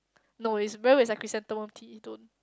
no it's very chrysanthemum tea don't